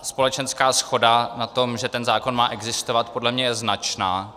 Společenská shoda na tom, že ten zákon má existovat, podle mě je značná.